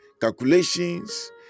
calculations